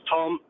Tom